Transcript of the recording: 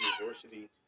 university